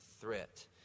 threat